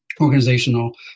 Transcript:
organizational